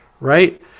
right